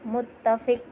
متفق